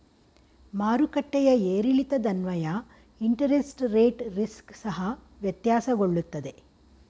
ಮಾರುಕಟ್ಟೆಯ ಏರಿಳಿತದನ್ವಯ interest rate risk ಸಹ ವ್ಯತ್ಯಾಸಗೊಳ್ಳುತ್ತದೆ